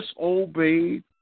disobeyed